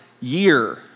year